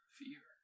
fear